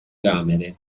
camere